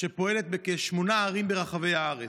שפועלת בכשמונה ערים ברחבי הארץ.